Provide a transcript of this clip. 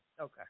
Okay